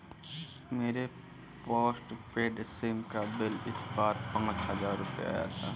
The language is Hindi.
मेरे पॉस्टपेड सिम का बिल इस बार पाँच हजार रुपए आया था